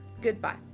goodbye